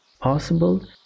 possible